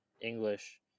English